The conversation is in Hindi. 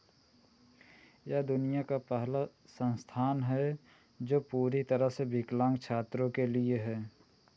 यह दुनिया का पहला संस्थान है जो पूरी तरह से विकलांग छात्रों के लिए है